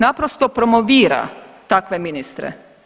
Naprosto promovira takve ministre.